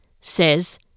says